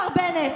מר בנט?